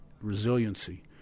resiliency